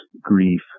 grief